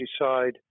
decide